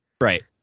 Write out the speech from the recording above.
right